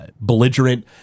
Belligerent